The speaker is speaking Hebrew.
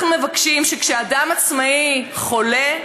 אנחנו מבקשים, כשאדם עצמאי חולה,